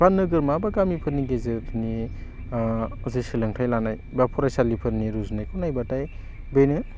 बा नोगोरमा बा गामिफोरनि गेजेरनि जे सोलोंथाइ लानाय बा फरायसालिफोरनि रुजुनायखौ नायबाथाय बेनो